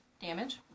Damage